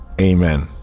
Amen